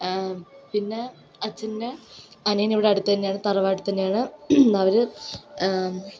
പിന്നെ അച്ഛൻ്റെ അനിയൻ ഇവിടെ അടുത്ത് തന്നെയാണ് തറവാട്ടിൽ തന്നെയാണ് അവർ